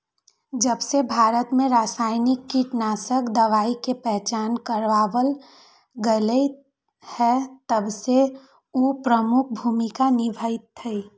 जबसे भारत में रसायनिक कीटनाशक दवाई के पहचान करावल गएल है तबसे उ प्रमुख भूमिका निभाई थई